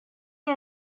县政府